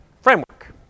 Framework